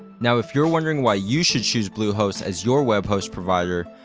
now, if you're wondering why you should choose bluehost as your web host provider,